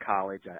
college